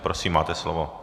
Prosím, máte slovo.